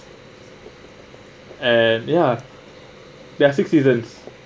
and ya there are six seasons